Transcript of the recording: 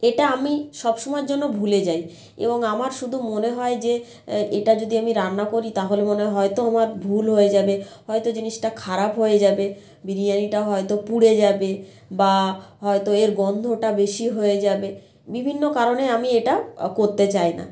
এটা আমি সব সময়ের জন্য ভুলে যাই এবং আমার শুধু মনে হয় যে এটা যদি আমি রান্না করি তাহলে মনে হয়তো আমার ভুল হয়ে যাবে হয়তো জিনিসটা খারাপ হয়ে যাবে বিরিয়ানিটা হয়তো পুড়ে যাবে বা হয়তো এর গন্ধটা বেশি হয়ে যাবে বিভিন্ন কারণে আমি এটা করতে চায় না